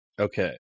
Okay